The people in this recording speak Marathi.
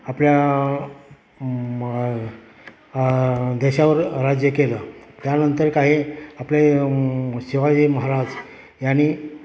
आपल्या मग देशावर राज्य केलं त्यानंतर काही आपले शिवाजी महाराज यांनी